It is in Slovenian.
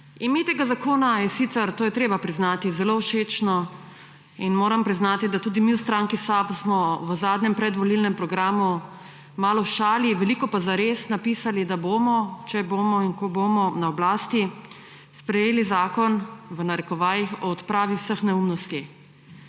Ime tega zakona je sicer, to je treba priznati, zelo všečno in moram priznati, da tudi mi v stranki SAB smo v zadnjem predvolilnem programu, malo v šali, veliko pa zares, zapisali, da bomo, če bomo in ko bomo na oblasti, sprejeli »zakon o odpravi vseh neumnosti«.